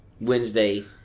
Wednesday